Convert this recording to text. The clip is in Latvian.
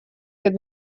kad